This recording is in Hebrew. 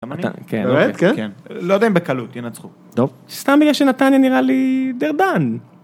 לא יודע אם בקלות ינצחו סתם בגלל שנתני נראה לי דרדן.